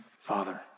Father